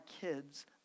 kids